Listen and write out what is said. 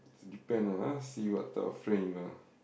s~ depend ah see what type of friend you are